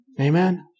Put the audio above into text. Amen